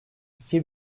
iki